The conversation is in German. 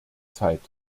zeit